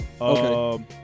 Okay